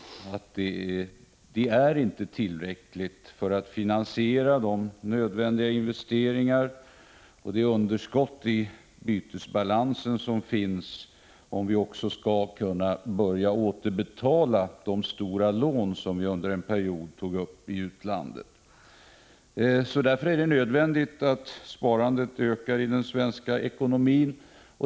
Sparandet är inte tillräckligt för att finansiera de nödvändiga investeringarna och de underskott som finns i bytesbalansen, om vi också skall kunna återbetala de stora lån som vi under en period tog upp i utlandet. Det är därför nödvändigt att sparandet ökar i den svenska ekonomin.